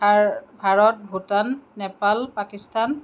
Bharat Bhutan Nepal Pakistan